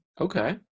okay